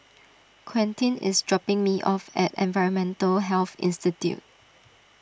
Quentin is dropping me off at Environmental Health Institute